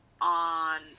on